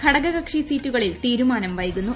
ഘടകകക്ഷി സ്റ്റിറ്റുകളിൽ തീരുമാനം വൈകുന്നു